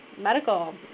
medical